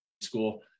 school